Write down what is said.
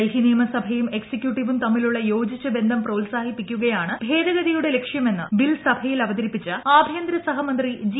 ഡൽഹി നിയമസഭയും ് എക്സിക്യൂട്ടീവും തമ്മിലുള്ള യോജിച്ച ബന്ധം പ്രോത്സാഹിപ്പിക്കുകയാണ് ഭേദഗതിയുടെ ലക്ഷൃമെന്ന് ബിൽ സഭയിൽ അവതരിപ്പിച്ച ആഭ്യന്തര സഹമന്ത്രി ജി